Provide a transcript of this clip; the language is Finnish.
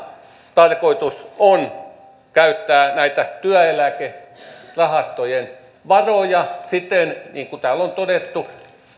tarkoitus on nyt käyttää näitä työeläkerahastojen varoja niin kuin täällä on todettu